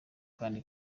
kandi